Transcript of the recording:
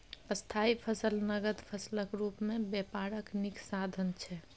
स्थायी फसल नगद फसलक रुप मे बेपारक नीक साधन छै